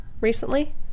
recently